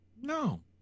No